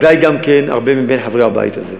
וודאי גם הרבה מבין חברי הבית הזה.